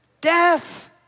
death